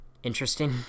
Interesting